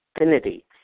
Infinity